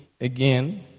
again